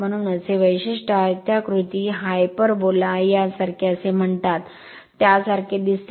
म्हणूनच हे वैशिष्ट्य आयताकृती हायपरबोला सारखे असे म्हणतात त्यासारखे दिसते